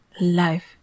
life